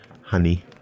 honey